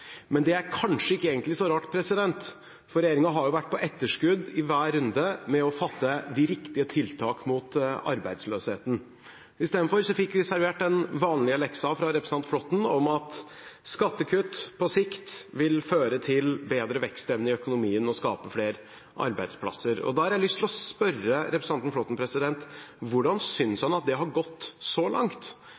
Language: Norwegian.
Men det er egentlig kanskje ikke så rart, for regjeringen har jo vært på etterskudd i hver runde med å fatte de riktige tiltakene mot arbeidsløsheten. Istedenfor fikk vi servert den vanlige leksa fra representanten Flåtten om at skattekutt på sikt vil føre til bedre vekstevne i økonomien og skape flere arbeidsplasser. Da har jeg lyst til å spørre representanten Flåtten: Hvordan synes han at det har gått så langt?